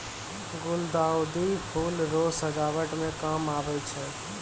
गुलदाउदी फूल रो सजावट मे काम आबै छै